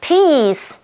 Peace